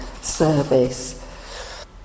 service